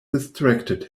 distracted